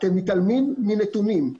אבל אתם מתעלמים מנתונים.